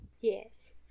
Yes